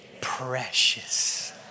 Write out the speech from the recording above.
precious